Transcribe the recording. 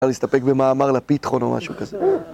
אפשר להסתפק במאמר לפיתחון או משהו כזה